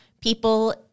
people